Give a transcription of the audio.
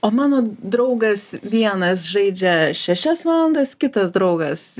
o mano draugas vienas žaidžia šešias valandas kitas draugas